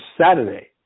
Saturday